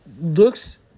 looks